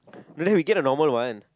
no no we get the normal one